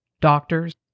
doctors